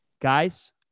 Guys